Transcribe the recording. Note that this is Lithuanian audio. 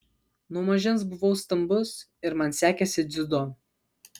nuo mažens buvau stambus ir man sekėsi dziudo